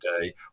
day